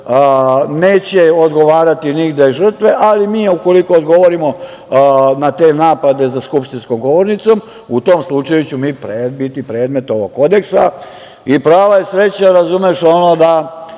neće odgovarati nigde žrtve, ali mi ukoliko odgovorimo na te napade za skupštinskom govornicom, u tom slučaju ćemo mi biti predmet ovog Kodeksa. Prava je sreća da još